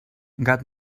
gat